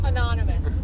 Anonymous